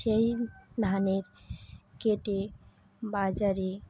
সেই ধান কেটে বাজারে